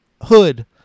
hood